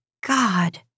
God